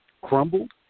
crumbled